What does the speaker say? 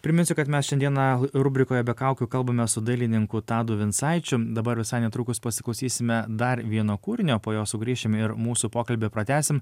priminsiu kad mes šiandieną rubrikoje be kaukių kalbamės su dailininku tadu vincaičiu dabar visai netrukus pasiklausysime dar vieno kūrinio po jos sugrįšime ir mūsų pokalbį pratęsim